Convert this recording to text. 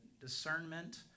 discernment